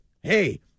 hey